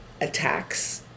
attacks